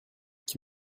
qui